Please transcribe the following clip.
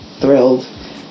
thrilled